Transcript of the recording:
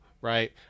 right